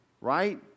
right